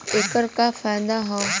ऐकर का फायदा हव?